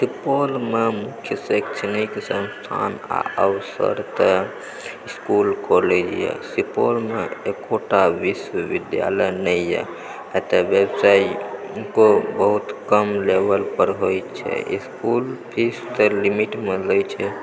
सुपौलमे मुख्य शैक्षणिक संस्थान आ अवसर तऽ इसकुल कौलेज यऽ सुपौलमे एकोटा विश्विद्यालय नहि यऽ एतए व्यावसायिको बहुत कम लेबल पर होइत छै इसकुल फीस तऽ लिमिटमे लए छै